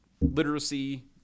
literacy